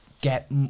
get